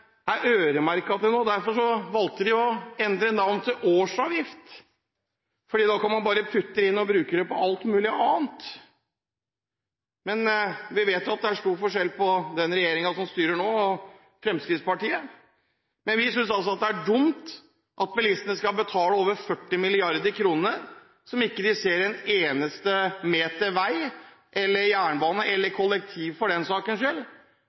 jeg skjønner at noen synes det er dumt at pengene er øremerket til noe, derfor valgte de å endre navnet til årsavgift, for da kan man bare bruke dem til alt mulig annet. Men vi vet at det er stor forskjell på den regjeringen som styrer nå og Fremskrittspartiet. Vi synes det er dumt at bilistene skal betale over 40 mrd. kr når de ikke får igjen en eneste meter vei, jernbane eller kollektivtransport for den saks skyld,